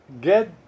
get